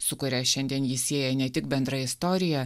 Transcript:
su kuria šiandien jį sieja ne tik bendra istorija